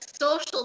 social